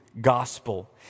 gospel